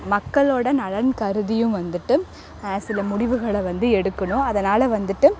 மக்களோடய நலன் கருதியும் வந்துட்டு சில முடிவுகளை வந்து எடுக்கணும் அதனால் வந்துட்டு